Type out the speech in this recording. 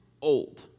old